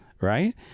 Right